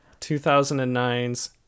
2009's